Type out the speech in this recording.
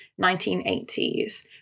1980s